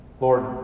Lord